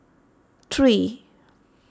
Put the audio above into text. three